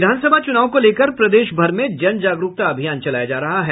विधानसभा चुनाव को लेकर प्रदेश भर में जन जागरूकता अभियान चलाया जा रहा है